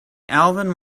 alvin